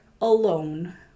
alone